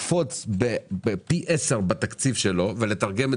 לקפוץ פי עשרה בתקציב שלו ולתרגם את